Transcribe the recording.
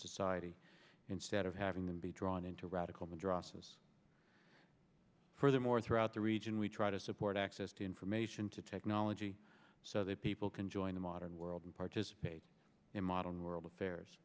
society instead of having them be drawn into radical drossos furthermore throughout the region we try to support access to information to technology so that people can join the modern world and participate in modern world affairs